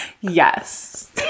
Yes